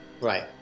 Right